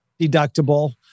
deductible